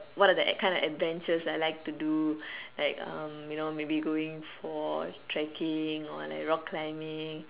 what are the kind of adventures that I like to do like um you know maybe going fort trekking or like rock climbing